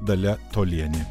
dalia tolienė